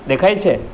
દેખાય છે